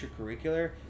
extracurricular